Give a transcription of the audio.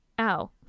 Ow